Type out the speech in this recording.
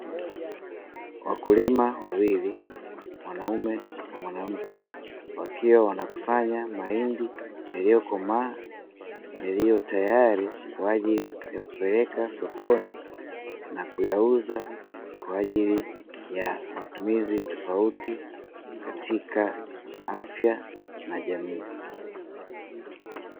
Wakulima wawili mwanaume na Mwanamke wakiwa wanakusanya mahindi yaliyokomaa, yaliyotayari kwa ajili ya kupeleka sokoni na kuyauza kwa ajili ya matumizi tofauti katika afya na jamii.